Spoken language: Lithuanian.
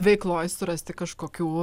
veikloj surasti kažkokių